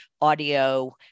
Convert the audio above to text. audio